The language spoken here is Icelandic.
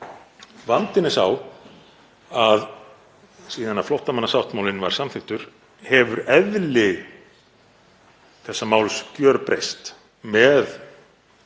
Vandinn er sá að síðan flóttamannasáttmálinn var samþykktur, hefur eðli þessa máls gjörbreyst með